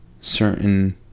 certain